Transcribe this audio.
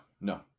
no